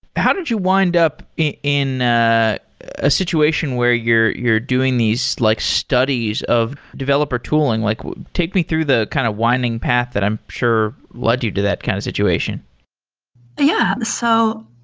how did you wind up in a ah situation where you're you're doing these like studies of developer tooling? like take me through the kind of winding path that i'm sure why did you do that kind of situation yeah. so,